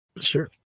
sure